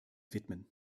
widmen